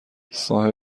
صاحب